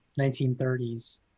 1930s